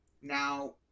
now